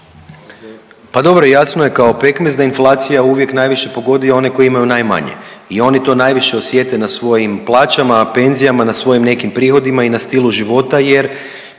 Pa dobro jasno je kao pekmez da inflacija uvijek najviše pogodi one koji imaju najmanje i oni to najviše osjete na svojim plaćama, penzijama, na svojim nekim prihodima i na stilu života jer